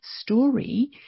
story